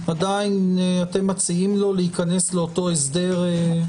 עדיין אתם מציעים לו להיכנס לאותו הסדר.